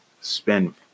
spend